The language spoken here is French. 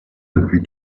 depuis